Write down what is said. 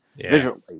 visually